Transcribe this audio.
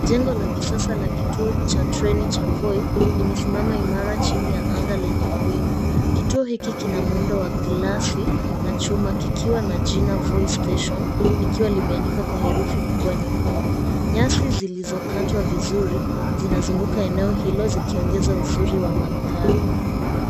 Jengo la kisasa la kituo cha treni cha Voi, limesimama imara chini ya anga lenye mawingu. Kituo hiki kina muundo wa glasi na chuma kikiwa na jina Voi Station, likiwa limeandikwa kwa herufi kubwa, nyekundu. Nyasi zilizokatwa vizuri zinazunguka eneo hilo zikiongeza uzuri wa mandhari.